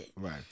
Right